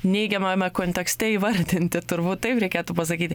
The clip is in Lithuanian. neigiamame kontekste įvardinti turbūt tai reikėtų pasakyti